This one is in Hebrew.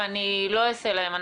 ואני לא אעשה להם הנחה,